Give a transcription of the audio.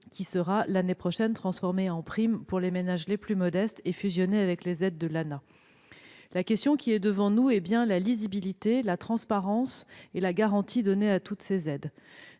qui sera, l'année prochaine, transformé en prime pour les ménages les plus modestes et fusionné avec les aides de l'ANAH. La question posée est bien celle de la lisibilité, de la transparence et de la garantie données à toutes ces aides.